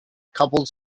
coupled